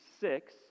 six